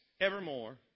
evermore